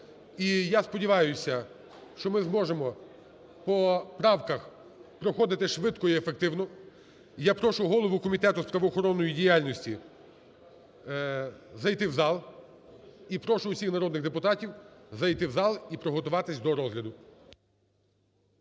я сподіваюся, що ми зможемо по правках проходити швидко і ефективно. Я прошу голову Комітету з правоохоронної діяльності зайти у зал і прошу всіх народних депутатів зайти у зал і приготуватись до розгляду.